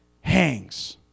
hangs